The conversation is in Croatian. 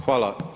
Hvala.